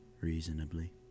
Reasonably